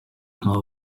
aho